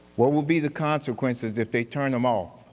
what will be the consequences if they turn them off?